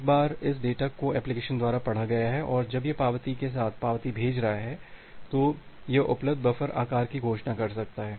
एक बार इस डेटा को एप्लिकेशन द्वारा पढ़ा गया है और जब यह पावती के साथ पावती भेज रहा है यह उपलब्ध बफर आकार की घोषणा कर सकता है